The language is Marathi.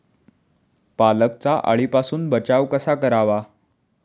पालकचा अळीपासून बचाव कसा करावा?